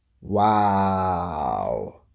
Wow